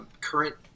current